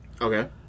okay